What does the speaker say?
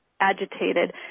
agitated